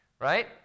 right